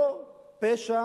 לא פשע